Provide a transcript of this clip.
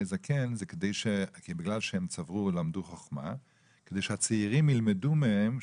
זקן״ מטרתה היא שהצעירים ילמדו מהם,